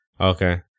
okay